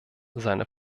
seiner